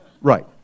Right